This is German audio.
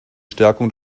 stärkung